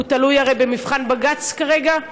הוא תלוי הרי במבחן בג"ץ כרגע,